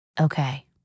Okay